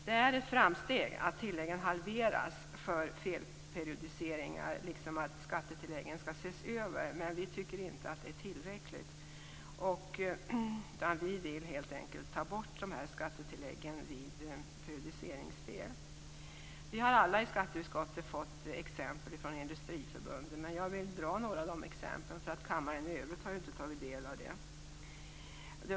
Det är ett framsteg att tilläggen för felperiodiseringar halveras liksom att skattetilläggen skall ses över. Men vi i Folkpartiet tycker inte att det är tillräckligt. Vi vill helt enkelt ta bort skattetilläggen vid periodiseringsfel. Vi har alla i skatteutskottet fått exempel från Industriförbundet. Jag vill dra några av dessa exempel eftersom kammaren i övrigt inte har tagit del av dem.